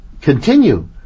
continue